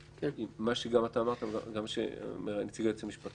זה אומר שהוא יותר ברשות המבצעת אבל גם ברשות המבצעת